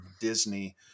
Disney